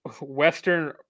Western